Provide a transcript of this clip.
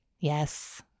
Yes